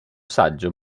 saggio